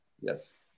yes